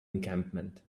encampment